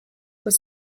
was